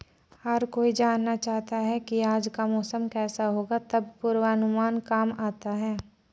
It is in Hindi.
हर कोई जानना चाहता है की आज का मौसम केसा होगा तब पूर्वानुमान काम आता है